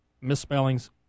misspellings